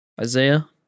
Isaiah